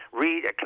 read